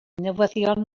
newyddion